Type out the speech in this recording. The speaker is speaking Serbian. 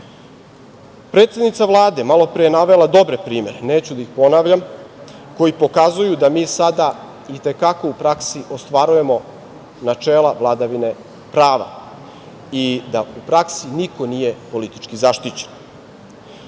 stvarnosti. Predsednica Vlade malopre je navela dobre primere, neću da ih ponavljam, koji pokazuju da mi sada i te kako u praksi ostvarujemo načela vladavine prava i da u praksi niko nije politički zaštićen. Shodno